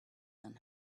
man